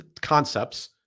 concepts